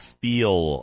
feel